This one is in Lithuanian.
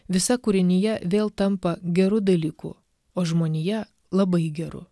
visa kūrinija vėl tampa geru dalyku o žmonija labai geru